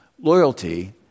Loyalty